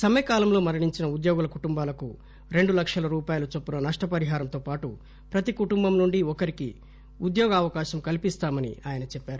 సమ్మె కాలంలో మరణించిన ఉద్యోగుల కుటుంబాలకు రెండు లక్షల రూపాయల చొప్పున నష్టపరిహారంతోపాటు ప్రతి కుటుంబం నుండి ఒకరికి ఉద్యోగం కల్పిస్తామని ఆయన చెప్పారు